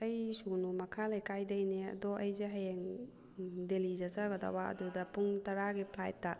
ꯑꯩ ꯁꯨꯒꯨꯅꯨ ꯃꯈꯥ ꯂꯩꯀꯥꯏꯗꯒꯤꯅꯦ ꯑꯗꯣ ꯑꯩꯁꯦ ꯍꯌꯦꯡ ꯗꯦꯜꯂꯤ ꯆꯠꯆꯒꯗꯕ ꯑꯗꯨꯗ ꯄꯨꯡ ꯇꯔꯥꯒꯤ ꯐ꯭ꯂꯥꯏꯠꯇ